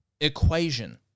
equation